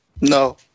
No